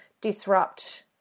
disrupt